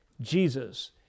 Jesus